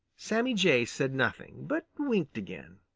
sammy jay said nothing, but winked again.